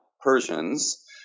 Persians